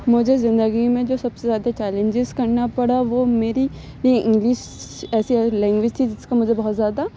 مجھے زندگی میں جو سب سے زیادہ چیلنجیز کرنا پڑا وہ میری میر انگلس ایسی اور لینگویج تھی جس کا مجھے سب سے زیادہ